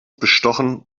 bestochen